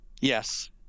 Yes